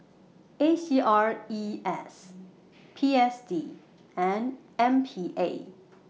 A C R E S P S D and M P A